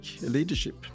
leadership